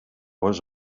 was